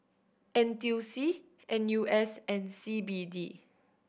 N T U C N U S and C B D